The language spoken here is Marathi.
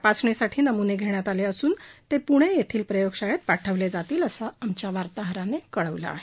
तपासणीसाठी त्याचे नम्ने घेण्यात आले असून ते पृणे येथील प्रयोगशाळेत पाठवले जातील असं आमच्या वार्ताहरानं कळवलं आहे